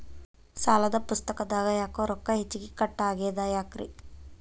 ಸಾಲದ ಪುಸ್ತಕದಾಗ ಯಾಕೊ ರೊಕ್ಕ ಹೆಚ್ಚಿಗಿ ಕಟ್ ಆಗೆದ ಯಾಕ್ರಿ?